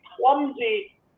clumsy